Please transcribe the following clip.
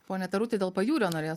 pone taruti dėl pajūrio norėjo